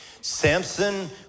Samson